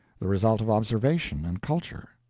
the result of observation and culture.